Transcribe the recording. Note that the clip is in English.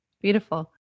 Beautiful